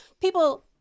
people